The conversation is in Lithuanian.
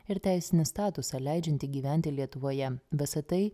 ir teisinį statusą leidžiantį gyventi lietuvoje visa tai